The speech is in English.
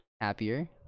happier